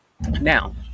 Now